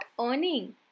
earning